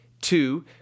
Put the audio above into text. two